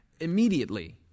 immediately